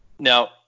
Now